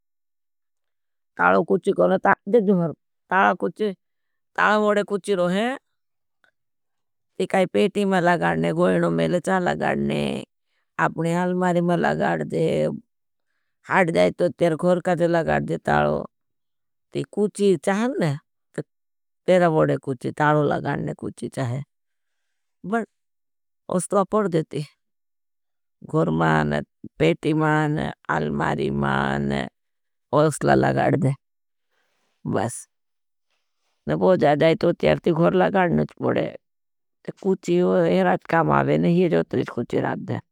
तालो कुछी कोने, तालो बड़े कुछी रो हैं। ती काई पेटी में लगाणने, गोईनो मेले चाल लगाणने, अपने अलमारी में लगाणदे, हाट जाएतो तीर घोर काजे लगाणदे तालो। ती कुछी चाल ने, तेरा बड़े कुछी तालो लगाणने कुछी चाल है। बस उसला पड़ जे ती, घोर मान, पेटी मान, अलमारी मान, उसला लगाणदे, बस। न बहुत जाए जाएतो तीर ती घोर लगाणने ची पड़े, ते कुछी एराज कामावेने, एरे उतरे कुछी राज दे।